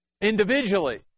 individually